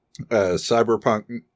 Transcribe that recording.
Cyberpunk